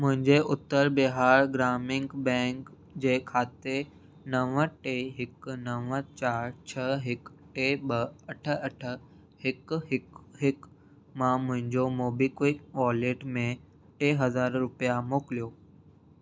मुंहिंजे उत्तर बिहार ग्रामीण बैंक जे खाते नव टे हिकु नव चारि छह हिकु टे ॿ अठ अठ हिकु हिकु हिकु मां मुंहिंजो मोबीक्विक वॉलेट में टे हज़ार रुपिया मोकिलियो